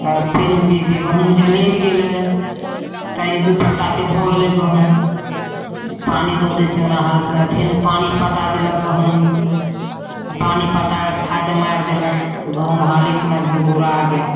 फेर बीज गहूम जनमि गेलै तऽ दुइ पत्ताके भऽ गेलै गहूम तऽ पानि दऽ दै छिए हालसँ फेर पानि पटा देलक गहूममे आओर पानि पटाकऽ खाद मारि देलक तऽ गहूम हालीसिना धुरधुरा गेल